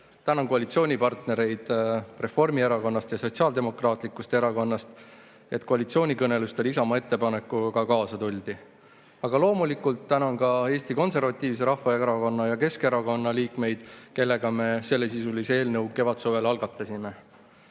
Tänan koalitsioonipartnereid Reformierakonnast ja Sotsiaaldemokraatlikust Erakonnast, et koalitsioonikõnelustel Isamaa ettepanekuga kaasa tuldi. Aga loomulikult tänan ka Eesti Konservatiivse Rahvaerakonna ja Keskerakonna liikmeid, kellega me sellesisulise eelnõu kevadsuvel algatasime. Tänud